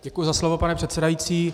Děkuji za slovo, pane předsedající.